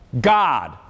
God